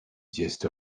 gist